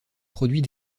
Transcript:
produits